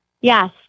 Yes